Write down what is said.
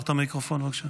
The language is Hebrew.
בבקשה.